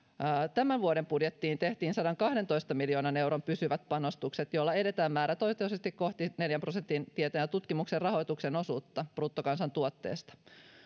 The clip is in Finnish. tämän vuoden budjettiin tehtiin sadankahdentoista miljoonan euron pysyvät panostukset joilla edetään määrätietoisesti kohti neljän prosentin tieteen ja tutkimuksen rahoituksen osuutta bruttokansantuotteesta